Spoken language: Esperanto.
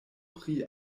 pri